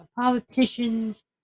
politicians